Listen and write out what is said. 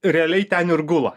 realiai ten ir gula